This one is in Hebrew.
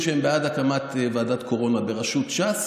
שהם בעד הקמת ועדת קורונה בראשות ש"ס,